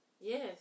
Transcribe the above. Yes